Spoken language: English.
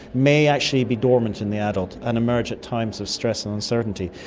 may actually be dormant in the adult and emerge at times of stress and uncertainty.